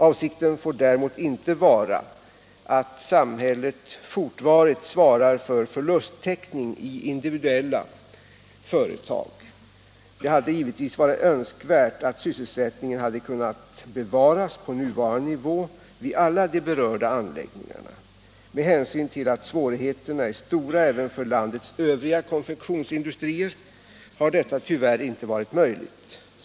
Avsikten får däremot inte vara att samhället fortvarigt svarar för förlusttäckning i individuella företag. Det hade givetvis varit önskvärt att sysselsättningen hade kunnat bevaras på nuvarande nivå vid alla de berörda anläggningarna. Med hänsyn till att svårigheterna är stora även för landets övriga konfektionsindustrier har detta tyvärr inte varit möjligt.